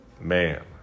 Man